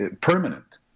permanent